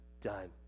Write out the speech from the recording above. done